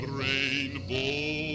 rainbow